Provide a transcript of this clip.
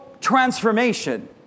transformation